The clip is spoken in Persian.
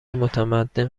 متمدن